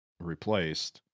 replaced